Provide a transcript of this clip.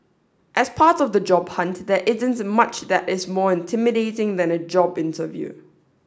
as part of the job hunt there isn't much that is more intimidating than a job interview